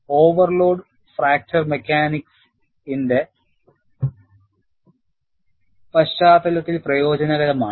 overload fracture mechanics ഇന്റെ പശ്ചാത്തലത്തിൽ പ്രയോജനകരമാണ്